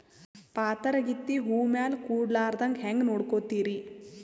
ಪಾತರಗಿತ್ತಿ ಹೂ ಮ್ಯಾಲ ಕೂಡಲಾರ್ದಂಗ ಹೇಂಗ ನೋಡಕೋತಿರಿ?